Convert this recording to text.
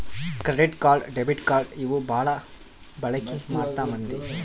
credit card debit card ಇವು ಬಾಳ ಬಳಿಕಿ ಮಾಡ್ತಾರ ಮಂದಿ